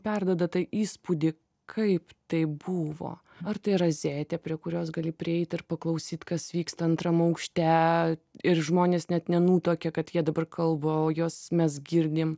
perduoda tą įspūdį kaip tai buvo ar tai rozetė prie kurios gali prieit ir paklausyt kas vyksta antram aukšte ir žmonės net nenutuokia kad jie dabar kalba o juos mes girdim